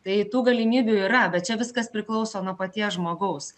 tai tų galimybių yra bet čia viskas priklauso nuo paties žmogaus